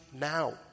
now